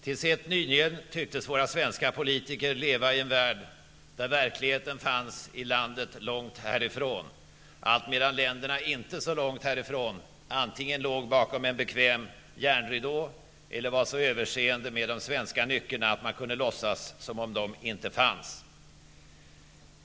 Tills helt nyligen tycktes våra svenska politiker leva i en värld där verkligheten fanns i landet långt härifrån, alltmedan länderna inte så långt härifrån antingen låg bakom en bekväm järnridå eller var så överseende med de svenska nyckerna att man kunde låtsas som om de inte fanns.